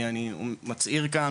אני מצהיר כאן,